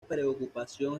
preocupación